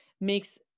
makes